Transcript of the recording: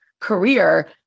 career